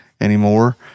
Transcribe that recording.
anymore